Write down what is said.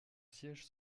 siège